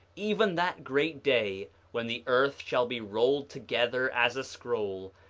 even that great day when the earth shall be rolled together as a scroll,